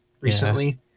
recently